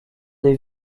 des